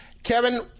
Kevin